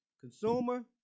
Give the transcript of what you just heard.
consumer